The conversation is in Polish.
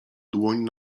dłoń